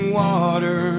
water